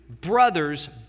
brothers